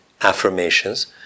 affirmations